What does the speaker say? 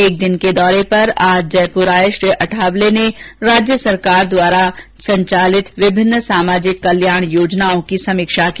एक दिवसीय दौरे पर आज जयपुर आए श्री अठावले ने राज्य सरकार द्वारा संचालित विभिन्न सामाजिक कल्याण योजनाओं की समीक्षा की